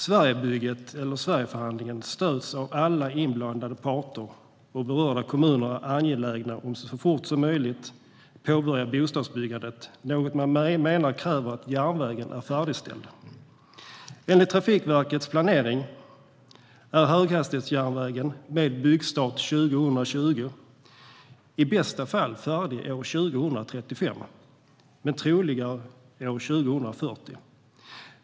Sverigebygget, eller Sverigeförhandlingen, stöds av alla inblandade parter, och berörda kommuner är angelägna om att så fort som möjligt påbörja bostadsbyggandet, något man menar kräver att järnvägen är färdigställd. Enligt Trafikverkets planering är höghastighetsjärnvägen, med byggstart år 2020, i bästa fall färdig år 2035 men troligare år 2040.